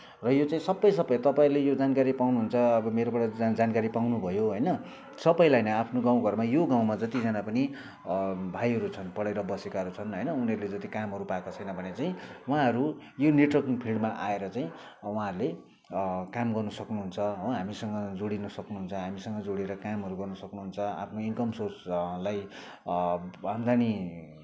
र यो चाहिँ सबै सबै तपाईँले यो जानकारी पाउनुहुन्छ अब मेरोबाट त जानकारी पाउनुभयो होइन सबैलाई नै आफ्नो गाउँ घरमा यो गाउँमा जतिजना पनि भाइहरू छन् पढेर बसेकाहरू छन् होइन उनीहरूले जति कामहरू पाएको छैन भने चाहिँ उहाँहरू यो नेटवर्किङ फिल्डमा आएर चाहिँ उहाँहरूले काम गर्नु सक्नुहुन्छ हो हामीसँग जोडिनु सक्नुहुन्छ हामीसँग जोडेर कामहरू गर्नु सक्नुहुन्छ आफ्नो इन्कम सोर्स लाई आम्दानी